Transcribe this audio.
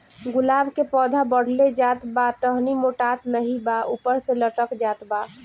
गुलाब क पौधा बढ़ले जात बा टहनी मोटात नाहीं बा ऊपर से लटक जात बा?